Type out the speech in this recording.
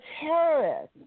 terrorists